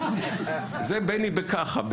זה בני בככה,